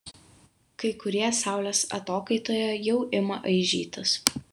kai kurie saulės atokaitoje jau ima aižytis